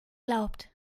glaubt